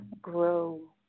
grow